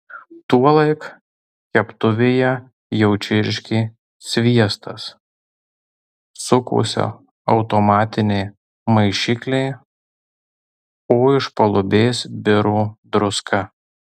tuolaik keptuvėje jau čirškė sviestas sukosi automatiniai maišikliai o iš palubės biro druska